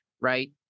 right